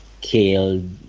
killed